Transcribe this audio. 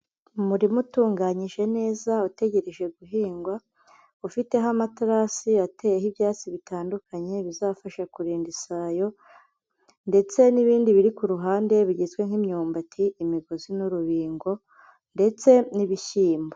Umurima utunganyije neza utegereje guhingwa, ufiteho amaterasi ateyeho ibyatsi bitandukanye bizafasha kurinda isayo, ndetse n'ibindi biri ku ruhande bigizwe nk'imyumbati, imigozi n'urubingo, ndetse n'ibishyimbo.